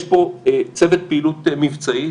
יש פה צוות פעילות מבצעית,